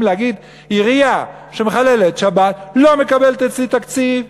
להגיד: עירייה שמחללת שבת לא מקבלת תקציב?